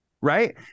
right